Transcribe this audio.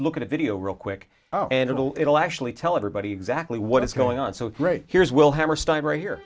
look at a video real quick and it'll it'll actually tell everybody exactly what is going on so great here's will hammerstein right here